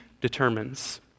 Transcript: determines